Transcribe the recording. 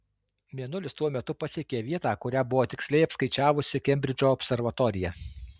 mėnulis tuo metu pasiekė vietą kurią buvo tiksliai apskaičiavusi kembridžo observatorija